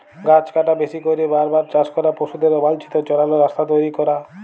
গাহাচ কাটা, বেশি ক্যইরে বার বার চাষ ক্যরা, পশুদের অবাল্ছিত চরাল, রাস্তা তৈরি ক্যরা